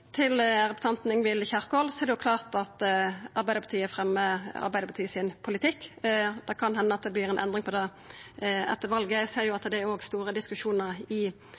Til representanten Ingvild Kjerkol: Det er klart at Arbeidarpartiet fremjar Arbeidarpartiets politikk. Det kan henda at det vert ei endring på det etter valet. Eg ser at det er store diskusjonar i